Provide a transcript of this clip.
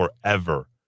forever